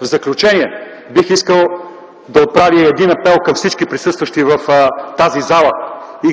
В заключение бих искал да отправя апел към всички присъстващи в тази зала,